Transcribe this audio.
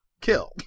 kill